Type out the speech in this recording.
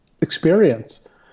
experience